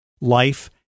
Life